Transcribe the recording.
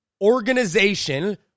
organization